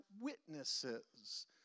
witnesses